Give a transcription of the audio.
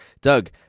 Doug